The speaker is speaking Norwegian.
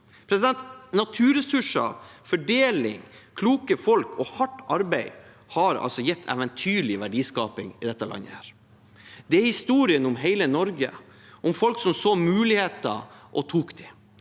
framover. Naturressurser, fordeling, kloke folk og hardt arbeid har gitt eventyrlig verdiskaping i dette landet. Det er historien om hele Norge, om folk som så muligheter og tok dem.